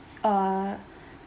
uh